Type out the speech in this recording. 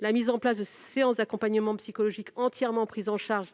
la mise en place de séances d'accompagnement psychologique entièrement prises en charge